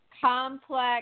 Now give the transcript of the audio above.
complex